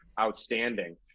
outstanding